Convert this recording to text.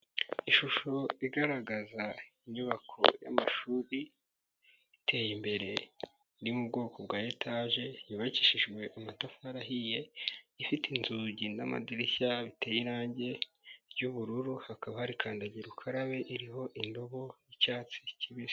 Ishusho igaragaza inyubako y'amashuri iteye imbere ni mu bwoko bwa etaje, yubakishijwe amatafari ahiye, ifite inzugi n'amadirishya biteye irangi ry'ubururu, hakaba harikandagira ukarabe iriho indobo y'itsi kibisi.